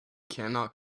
cannot